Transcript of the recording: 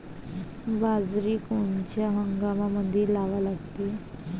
बाजरी कोनच्या हंगामामंदी लावा लागते?